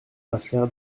affaire